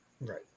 Right